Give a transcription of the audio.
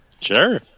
Sure